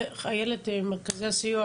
דרך אילת מרכזי הסיוע,